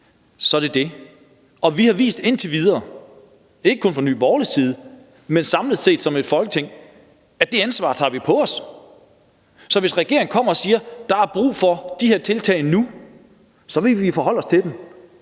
så er det det. Og vi har vist indtil videre – ikke kun fra Nye Borgerliges side, men samlet set som et Folketing – at det ansvar tager vi på os. Så hvis regeringen kommer og siger, at der er brug for de her tiltag nu, så vil vi forholde os til dem.